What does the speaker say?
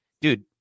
dude